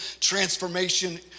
transformation